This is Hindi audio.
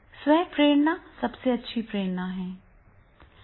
स्व प्रेरणा सबसे अच्छी प्रेरणा है